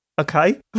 Okay